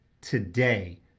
today